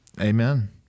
Amen